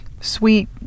sweet